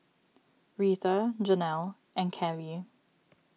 Rheta Jonell and Callie